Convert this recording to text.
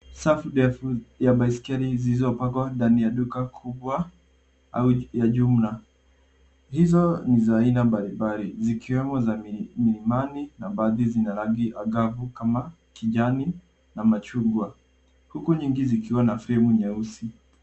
Safu ndefu ya baiskeli zilizopangwa ndani ya duka kubwa au ya jumla. Hizo ni za aina mbailmbali zikiwemo za milimani na baadhi zina rangi angavu kama kijani na machungwa huku nyingi zikiwa na fremu nyeusi.